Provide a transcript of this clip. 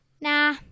nah